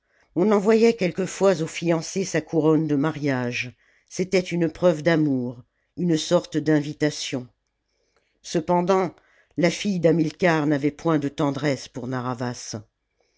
on envoyait quelquefois au fiancé sa couronne de mariage c'était une preuve d'amour une sorte d'invitation cependant la fille d'hamiicar n'avait point de tendresse pour narr'havas